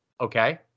okay